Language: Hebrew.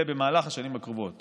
במהלך השנים הקרובות